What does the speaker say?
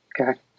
Okay